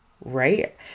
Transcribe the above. right